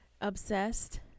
obsessed